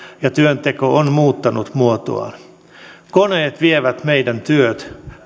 ja työnteko on muuttanut muotoaan parahdus koneet vievät meidän työt